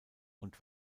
und